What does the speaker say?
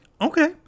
Okay